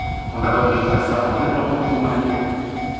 ᱚᱸᱰᱮ ᱠᱷᱚᱡ ᱜᱮ ᱯᱚᱭᱥᱟ ᱚᱱᱮᱠ ᱨᱚᱠᱚᱢ ᱜᱮ ᱢᱟᱱᱮ ᱠᱚ